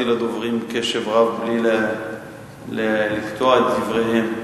לדוברים קשב רב בלי לקטוע את דבריהם.